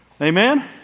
Amen